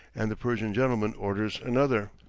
and the persian gentleman orders another.